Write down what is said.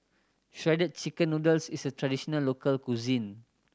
Shredded Chicken Noodles is a traditional local cuisine